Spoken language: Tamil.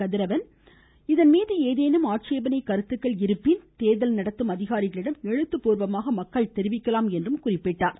கதிரவன் இதன்மீது ஏதேனும் ஆட்சேபணை கருத்துக்கள் இருந்தால் தேர்தல் நடத்தும் அதிகாரிகளிடம் எழுத்துப்பூர்வமாக தெரிவிக்கலாம் என கூறினார்